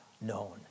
known